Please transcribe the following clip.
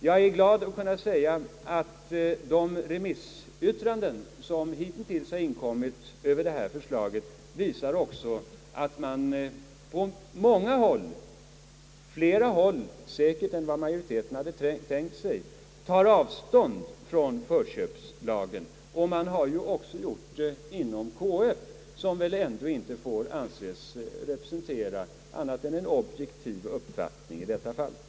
Jag är glad att kunna säga att de remissyttranden som hitintills inkommit över detta förslag visar att man på många håll — flera håll än majoriteten tänkt sig — tar avstånd från förköpslagen. även inom KF, som i detta fall ändå inte får anses representera annat än en objektiv uppfattning, har man gjort det.